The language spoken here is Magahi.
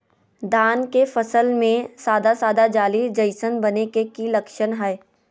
धान के फसल में सादा सादा जाली जईसन बने के कि लक्षण हय?